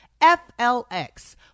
FLX